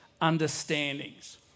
understandings